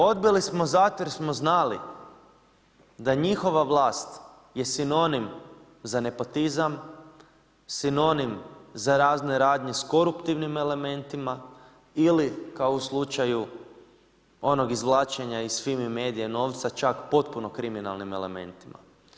Odbili smo zato jer smo znali da je njihova vlast sinonim za nepotizam, sinonim za razne radnje s koruptivnim elementima ili kao u slučaju onog izvlačenja iz Fimi medie novca čak potpuno kriminalnim elementima.